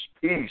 peace